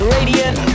Radiant